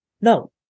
No